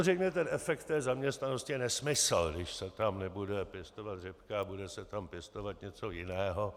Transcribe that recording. Samozřejmě efekt té zaměstnanosti je nesmysl, když se tam nebude pěstovat řepka a bude se tam pěstovat něco jiného.